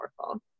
powerful